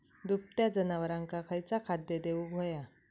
दुभत्या जनावरांका खयचा खाद्य देऊक व्हया?